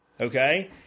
Okay